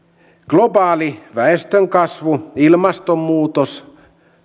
globaali väestönkasvu ilmastonmuutos